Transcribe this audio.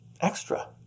extra